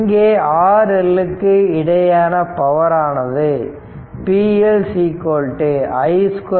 இங்கே RL க்கு இடையேயான பவர் ஆனது p L iL 2 RL